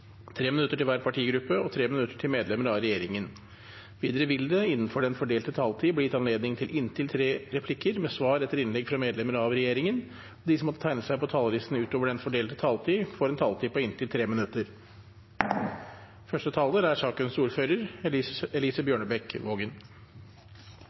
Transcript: tre replikker med svar etter innlegg fra medlemmer av regjeringen, og de som måtte tegne seg på talerlisten utover den fordelte taletid, får også en taletid på inntil 3 minutter. Eg vil på vegner av komiteen takka forslagsstillarane for eit godt forslag. Dette er